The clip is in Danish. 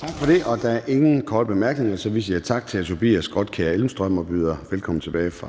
Tak for det. Der er ingen korte bemærkninger, så vi siger tak til hr. Tobias Grotkjær Elmstrøm og byder ham velkommen tilbage fra